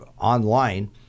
online